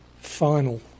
final